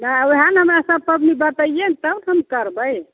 नहि ओहए ने हमरा सभ पबनी बतैयै ने तब ने हम करबै